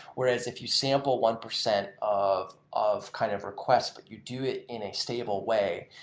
whereas if you sample one percent of of kind of requests but you do it in a stable way,